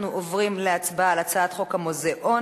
אנחנו עוברים להצבעה על הצעת חוק המוזיאונים